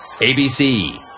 ABC